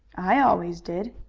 i always did.